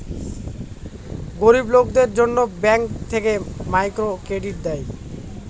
গরিব লোকদের জন্য ব্যাঙ্ক থেকে মাইক্রো ক্রেডিট দেয়